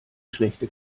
schlechte